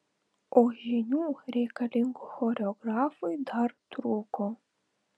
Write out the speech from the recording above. o žinių reikalingų choreografui dar trūko